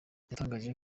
yatangaje